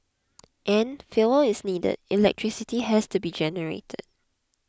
and fuel is needed electricity has to be generated